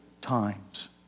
times